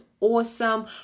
awesome